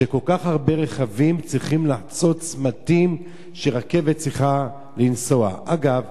שכל כך הרבה רכבים צריכים לחצות צמתים שרכבת צריכה לנסוע בהם.